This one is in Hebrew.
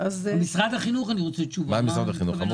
זה